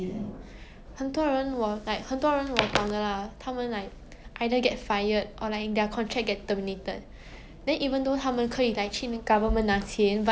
the cut is really a lot then and 如果你是 like how to say like 一个父亲你还要养你的孩子 then 你父母